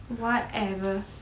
whatever